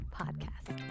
podcast